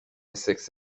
سکس